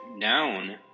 down